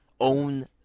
own